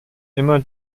immer